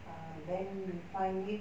uh then we find it